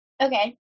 Okay